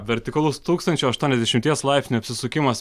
vertikalus tūkstančio aštuoniasdešimties laipsnių apsisukimas